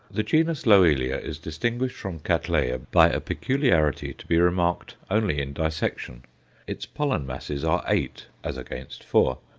the genus loelia is distinguished from cattleya by a peculiarity to be remarked only in dissection its pollen masses are eight as against four.